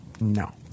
no